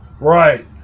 right